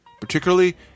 particularly